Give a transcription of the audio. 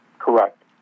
Correct